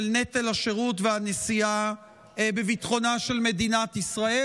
נטל השירות והנשיאה בנטל ביטחונה של מדינת ישראל.